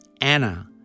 Anna